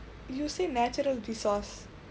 you say natural resource